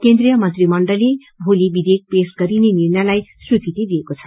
केन्द्रिय मंत्रीमण्डलले भोलि विधेयक पेश गरिने निर्णयलाई स्वीकृति दिएको छ